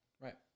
Right